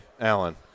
Alan